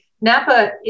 Napa